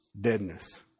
deadness